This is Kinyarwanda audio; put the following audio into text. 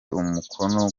umukono